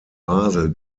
basel